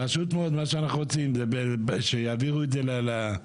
העירייה